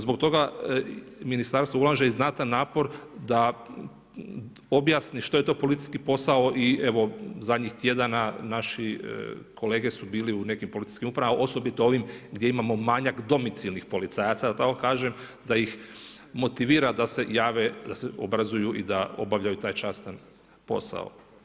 Zbog toga ministarstvo ulaže i znatan napor da objasni što je to policijski posao i evo zadnjih tjedana naši kolege su bili u nekim policijskim upravama, a osobito ovim gdje imamo manjak domicilnih policajaca da tako kažem, da ih motivira da se jave, da se obrazuju i da obavljaju taj častan posao.